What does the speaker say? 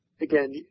again